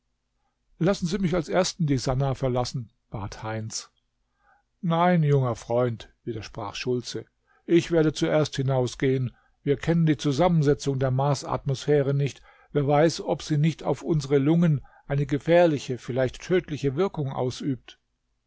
lassen sie mich als ersten die sannah verlassen bat heinz nein junger freund widersprach schultze ich werde zuerst hinausgehen wir kennen die zusammensetzung der marsatmosphäre nicht wer weiß ob sie nicht auf unsre lungen eine gefährliche vielleicht tödliche wirkung ausübt